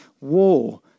war